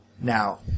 Now